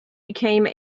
became